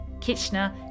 Kitchener